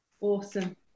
Awesome